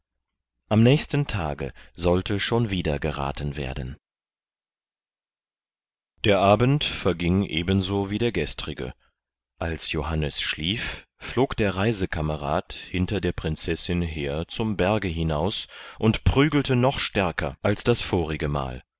am nächsten tage sollte schon wieder geraten werden der abend verging ebenso wie der gestrige als johannes schlief flog der reisekamerad hinter der prinzessin her zum berge hinaus und prügelte noch stärker als das vorige mal